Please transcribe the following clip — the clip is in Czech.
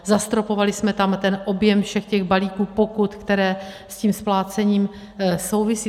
Zastropovali jsme tam objem všech těch balíků pokut, které s tím splácením souvisí.